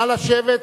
נא לשבת,